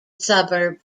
suburb